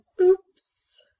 Oops